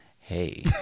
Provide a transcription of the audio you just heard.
hey